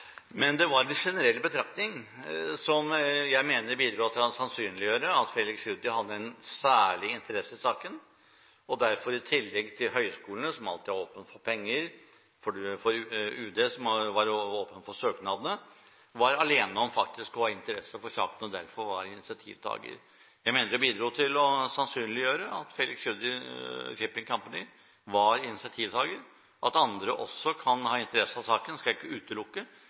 Men det var den generelle betraktningen som jeg mener bidro til å sannsynliggjøre at Felix Tschudi hadde en særlig interesse i saken. I tillegg til høyskolene, som alltid er åpne for penger, og UD, som var åpen for søknadene, var han faktisk alene om å ha interesse for saken og var derfor initiativtaker. Det bidro til å sannsynliggjøre at Tschudi Shipping Company var initiativtaker. At andre også kan ha interesse av saken, det skal jeg ikke utelukke,